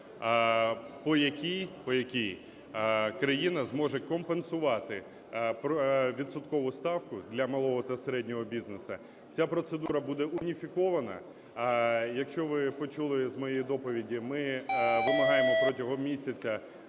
по якій країна зможе компенсувати відсоткову ставку для малого та середнього бізнесу. Ця процедура буде уніфікована. Якщо ви почули з моєї доповіді, ми вимагаємо протягом місяця